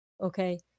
okay